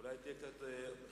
אולי תהיה קצת חיובי.